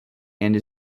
and